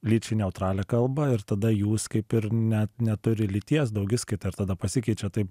lyčiai neutralią kalbą ir tada jūs kaip ir net neturi lyties daugiskaita ir tada pasikeičia tai